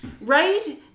right